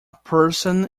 person